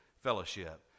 fellowship